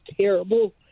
terrible